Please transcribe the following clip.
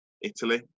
Italy